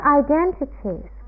identities